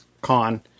con